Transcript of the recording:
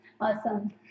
Awesome